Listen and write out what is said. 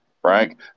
Frank